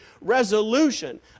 resolution